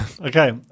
Okay